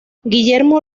guillermo